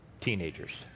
teenagers